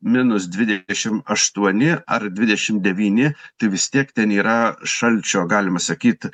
minus dvidešim aštuoni ar dvidešim devyni tai vis tiek ten yra šalčio galima sakyt